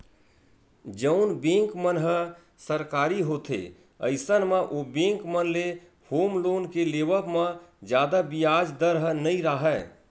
जउन बेंक मन ह सरकारी होथे अइसन म ओ बेंक मन ले होम लोन के लेवब म जादा बियाज दर ह नइ राहय